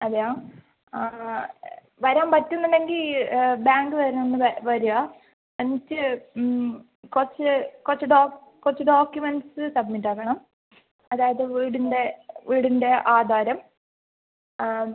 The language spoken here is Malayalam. അതെയാ ആ വരാൻ പറ്റുന്നുണ്ടെങ്കിൽ ബാങ്ക് വരെ ഒന്ന് വരാമോ വന്നിട്ട് കുറച്ച് കുറച്ച് ഡോ കുറച്ച് ഡോക്യുമെൻ്റ്സ് സബ്മിറ്റാക്കണം അതായത് വീടിൻ്റെ വീടിൻ്റെ ആധാരം ആ